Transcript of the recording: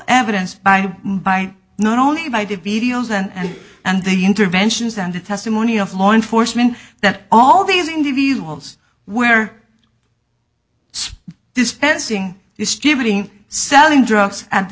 evidence by by not only by did videos and and the interventions and the testimony of law enforcement that all these individuals were dispensing distributing selling drugs at the